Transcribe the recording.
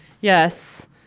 Yes